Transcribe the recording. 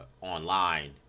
online